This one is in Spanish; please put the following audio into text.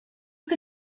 que